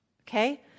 okay